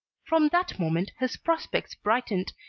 from that moment his prospects brightened,